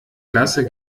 klasse